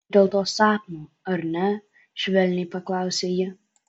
tai dėl to sapno ar ne švelniai paklausė ji